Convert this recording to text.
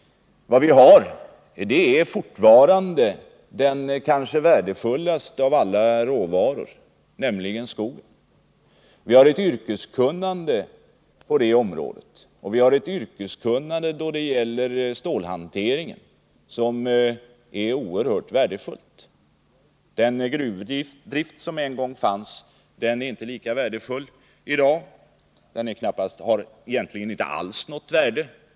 Vi har fortfarande den kanske värdefullaste av alla råvaror, nämligen skogen. Vi har ett yrkeskunnande på detta område, liksom också inom stålhanteringen, som är oerhört värdefullt. Den gruvdrift som en gång fanns är inte lika värdefull i dag. Den har egentligen inte något värde alls.